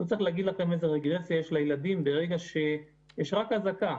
לא צריך לספר לכם איזה רגרסיה יש אצל הילדים ברגע שיש רק אזעקה,